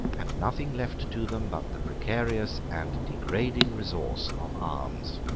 and nothing left to them but the precarious and degrading resource of alms.